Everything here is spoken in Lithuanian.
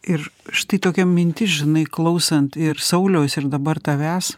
ir štai tokia mintis žinai klausant ir sauliaus ir dabar tavęs